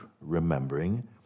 remembering